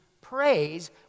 praise